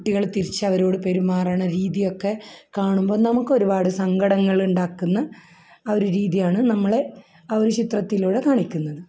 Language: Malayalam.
കുട്ടികൾ തിരിച്ച് അവരോട് പെരുമാറുന്ന രീതിയൊക്കെ കാണുമ്പോൾ നമുക്ക് ഒരുപാട് സങ്കടങ്ങളുണ്ടാക്കുന്ന ആ ഒരു രീതിയാണ് നമ്മളെ ആ ഒരു ചിത്രത്തിലൂടെ കാണിക്കുന്നത്